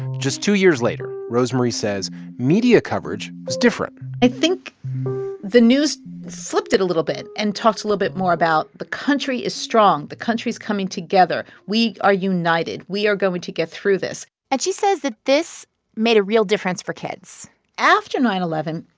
just two years later, rosemarie says media coverage was different i think the news flipped it a little bit and talked a little bit more about the country is strong. the country's coming together. we are united. we are going to get through this and she says that this made a real difference for kids after nine zero and